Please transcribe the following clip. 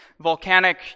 volcanic